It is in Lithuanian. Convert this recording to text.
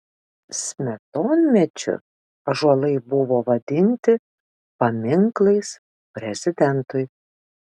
smetonmečiu ąžuolai buvo vadinti paminklais prezidentui